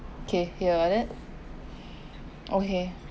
okay~ if I like that okay